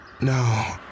No